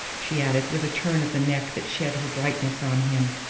she added, with a turn of the neck that shed her brightness on him.